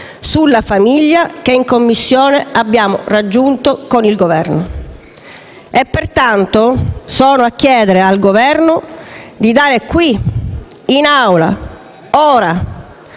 sulla famiglia che in Commissione abbiamo raggiunto con il Governo. Pertanto, sono a chiedere al Governo di dare in Assemblea, ora,